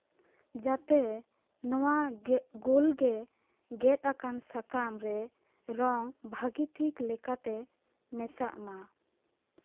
ᱡᱟᱛᱮ ᱱᱚᱣᱟ ᱜᱳᱞ ᱜᱮ ᱜᱮᱛ ᱟᱠᱟᱱ ᱥᱟᱠᱟᱢ ᱨᱮ ᱨᱚᱝ ᱵᱷᱟᱹᱜᱮ ᱴᱷᱤᱠ ᱞᱮᱠᱟᱛᱮ ᱢᱮᱥᱟᱜ ᱢᱟ